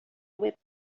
whip